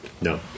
No